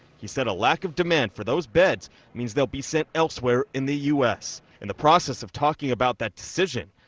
he said a lack of demand for those beds means they will be sent elsewhere in the u s in the process of talking about that decision